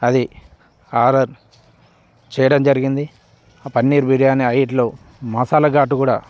అది ఆర్డర్ చేయడం జరిగింది ఆ పన్నీర్ బిర్యానీ వాటిలో మసాలా ఘాటు కూడా